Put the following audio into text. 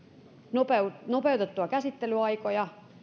nopeutettua nopeutettua käsittelyaikoja